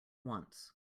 once